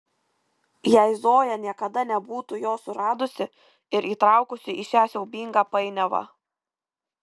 jei zoja niekada nebūtų jo suradusi ir įtraukusi į šią siaubingą painiavą